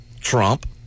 Trump